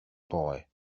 boy